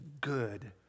good